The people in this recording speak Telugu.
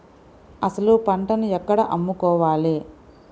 అసలు పంటను ఎక్కడ అమ్ముకోవాలి?